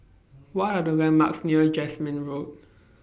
What Are The landmarks near Jasmine Road